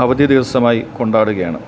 അവധി ദിവസമായി കൊണ്ടാടുകയാണ്